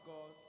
God